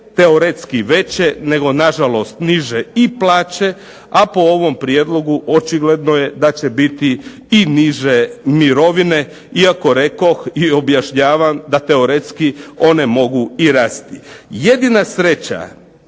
teoretski veće nego nažalost niže i plaće, a po ovom prijedlogu očigledno je da će biti i niže mirovine, iako rekoh i objašnjavam da teoretski one mogu i rasti. Jedina sreća